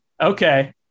Okay